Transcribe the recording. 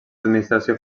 administració